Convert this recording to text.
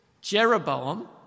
Jeroboam